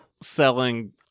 selling